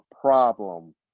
problem